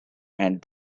and